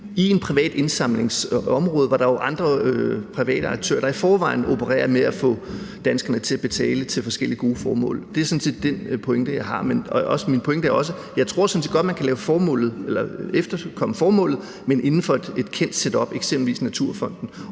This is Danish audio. på et privat indsamlingsområde, hvor der jo er andre private aktører, der i forvejen opererer med at få danskerne til at betale til forskellige gode formål. Det er sådan set den pointe, jeg har. Min pointe er også, at jeg sådan set tror, at man godt kan opfylde formålet, men inden for et kendt setup, eksempelvis Naturfonden,